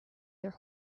their